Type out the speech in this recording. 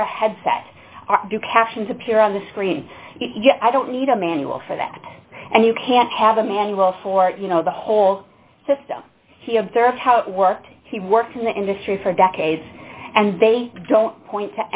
their heads that are captions appear on the screen yet i don't need a manual for that and you can't have a manual for you know the whole system he observed how it worked he worked in the industry for decades and they don't point